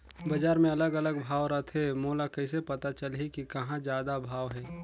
बजार मे अलग अलग भाव रथे, मोला कइसे पता चलही कि कहां जादा भाव हे?